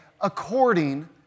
according